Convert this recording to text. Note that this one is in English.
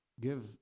Give